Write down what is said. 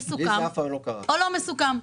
מסוכם או לא מסוכם?